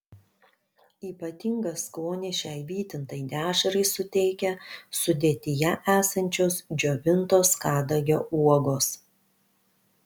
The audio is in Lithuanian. ypatingą skonį šiai vytintai dešrai suteikia sudėtyje esančios džiovintos kadagio uogos